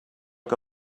que